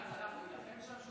גנץ הלך להילחם שם?